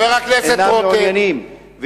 הם אינם מעוניינים.